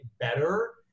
better